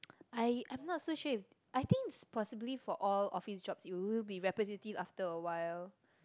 I I'm not so sure I think it's possibly for all office jobs it will be repetitive after awhile